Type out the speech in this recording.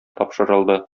тапшырылды